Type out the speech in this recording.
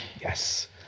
Yes